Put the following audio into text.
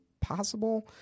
possible